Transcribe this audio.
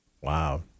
Wow